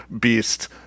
beast